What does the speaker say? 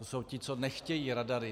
To jsou ti, co nechtějí radary.